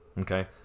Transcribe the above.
okay